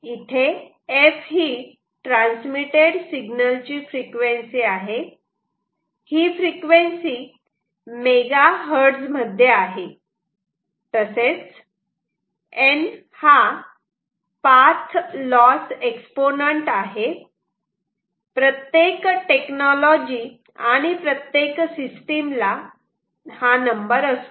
इथे f ही transmitted signal ची फ्रिक्वेन्सी आहे ही फ्रिक्वेन्सी MHz मध्ये आहे तसेच n हा पाथ लॉस एक्सपोनंन्ट आहे प्रत्येक टेक्नॉलॉजी आणि प्रत्येक सिस्टिम ला हा नंबर असतो